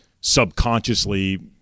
subconsciously